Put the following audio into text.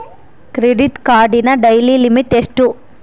Credit ಕಾರ್ಡಿನ daily limit ಎಷ್ಟು?